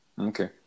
Okay